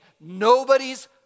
nobody's